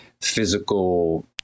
physical